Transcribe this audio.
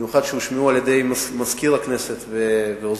במיוחד כאלה שהושמעו על-ידי מזכיר הכנסת ועוזריו,